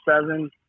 seven